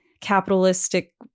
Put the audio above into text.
capitalistic